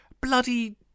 bloody